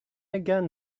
again